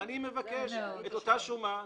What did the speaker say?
ואני מבקש את אותה שומה.